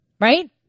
Right